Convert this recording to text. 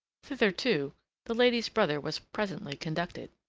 thither, too, the lady's brother was presently conducted.